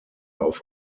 auf